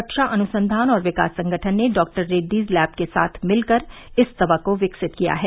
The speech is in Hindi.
रक्षा अनुसंधान और विकास संगठन ने डॉक्टर रेड्डीज लैव के साथ मिलकर इस दवा को विकसित किया है